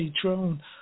drone